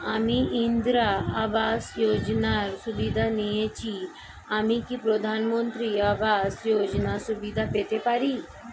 আমি ইন্দিরা আবাস যোজনার সুবিধা নেয়েছি আমি কি প্রধানমন্ত্রী আবাস যোজনা সুবিধা পেতে পারি?